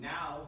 Now